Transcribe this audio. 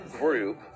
group